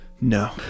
No